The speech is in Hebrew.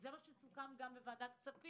זה גם מה שסוכם בוועדת כספים